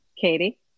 Katie